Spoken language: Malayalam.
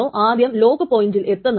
x ന്റെ റൈറ്റ് ടൈംസ്റ്റാമ്പ് എന്താണ്